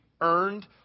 earned